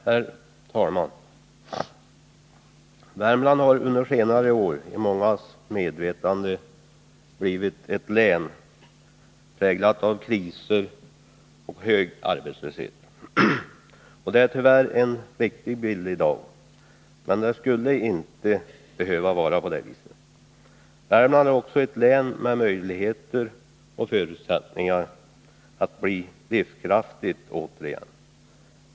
Herr talman! Värmland har under senare år i mångas medvetande blivit ett län präglat av kriser och hög arbetslöshet. Det är tyvärr en riktig bild i dag, men det skulle inte behöva vara på det viset. Värmland är också ett län med möjligheter och förutsättningar att återigen bli livskraftigt.